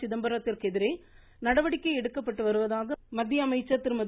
சிதம்பரத்திற்கு எதிரே நடவடிக்கை எடுக்கப்பட்டு வருவதாக மத்திய அமைச்சா் திருமதி